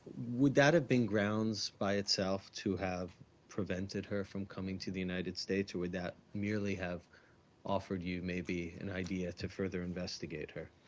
would that have been grounds by itself to have prevented her from coming to the united states, or would that merely have offered you maybe an idea to further investigate her?